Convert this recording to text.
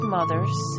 Mothers